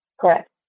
Correct